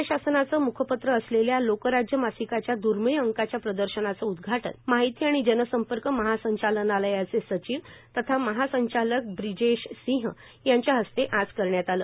राज्य शासनाचे म्खपत्र असलेल्या लोकराज्य मासिकाच्या द्रर्मिळ आंकाच्या प्रदर्शनाचे उद्घाटन माहिती आणि जनसंपर्क महासंचालनालयाचे सचिव तथा महासंचालक ब्रिजेश सिंह यांच्या हस्ते आज करण्यात आले